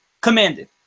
commanded